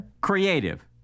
Creative